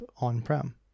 on-prem